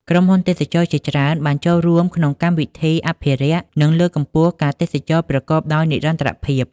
ក្រុមហ៊ុនទេសចរណ៍ជាច្រើនបានចូលរួមក្នុងកម្មវិធីអភិរក្ស និងលើកកម្ពស់ការទេសចរណ៍ប្រកបដោយនិរន្តរភាព។